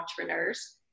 entrepreneurs